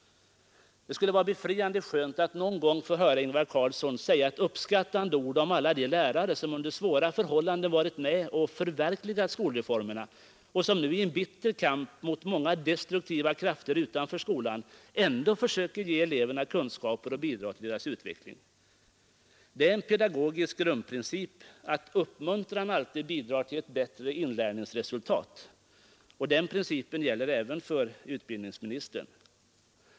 Det skulle vara befriande skönt att någon gång få höra Ingvar Carlsson säga ett uppskattande ord om alla de lärare som under svåra förhållanden varit med och förverkligat skolreformerna och som nu i en bitter kamp mot många destruktiva krafter utanför skolan ändå försöker ge eleverna kunskaper och bidrag till deras utveckling. Det är en pedagogisk grundprincip att uppmuntran alltid bidrar till ett bättre inlärningsresultat, och den principen gäller även utbildningsministern.